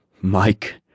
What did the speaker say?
Mike